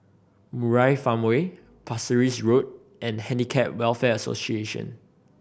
Murai Farmway Pasir Ris Road and Handicap Welfare Association